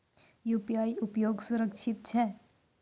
UPI उपयोग सुरक्षित छै?